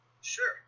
Sure